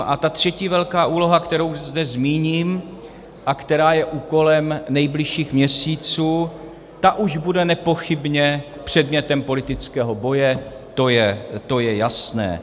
A ta třetí velká úloha, kterou zde zmíním a která je úkolem nejbližších měsíců, ta už bude nepochybně předmětem politického boje, to je jasné.